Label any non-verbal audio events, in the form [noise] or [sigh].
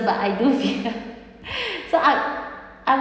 but I do fear [laughs] so I'm I'm